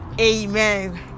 amen